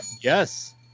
Yes